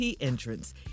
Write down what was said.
entrance